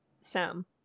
Sam